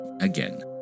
again